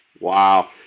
Wow